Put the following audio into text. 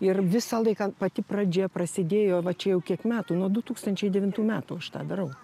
ir visą laiką pati pradžia prasidėjo va čia jau kiek metų nuo du tūkstančiai devintų metų aš tą darau